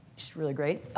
she's really great.